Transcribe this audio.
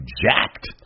jacked